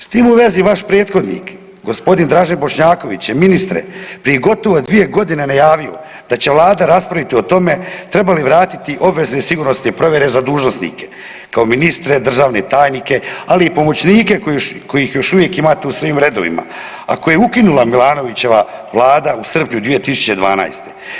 S tim u vezi vaš prethodnik gospodin Dražen Bošnjaković je ministre prije gotovo dvije godine najavio da će Vlada raspraviti o tome treba li vratiti obvezne sigurnosne provjere za dužnosnike kao ministre, državne tajnike, ali i pomoćnike koje još uvijek imate u svojim redovima, a koje je ukinula Milanovićeva Vlada u srpnju 2012.